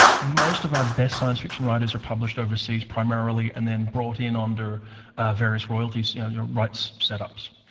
most of our best science fiction writers are published overseas primarily and then brought in under various royalties, you know, your rights set-ups.